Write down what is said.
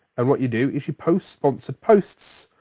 and what you do is you post sponsored posts,